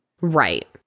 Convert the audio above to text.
Right